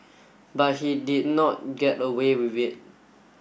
but he did not get away with it